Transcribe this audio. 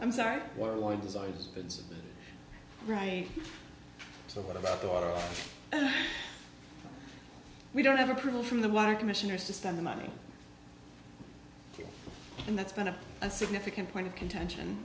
fits right so what about the water we don't have approval from the water commissioners to spend the money and that's been a significant point of contention